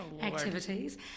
activities